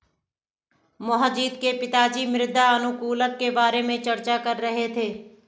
मोहजीत के पिताजी मृदा अनुकूलक के बारे में चर्चा कर रहे थे